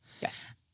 Yes